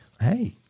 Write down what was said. Hey